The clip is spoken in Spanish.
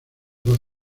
dos